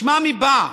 בשמם היא באה.